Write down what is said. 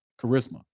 charisma